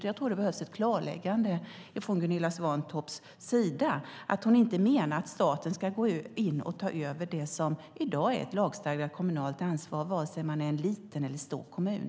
Jag tror att det behövs ett klarläggande från Gunilla Svantorps sida, att hon inte menar att staten ska gå in och ta över det som i dag är ett lagstadgat kommunalt ansvar, vare sig man är en liten eller stor kommun.